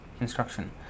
instruction